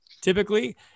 typically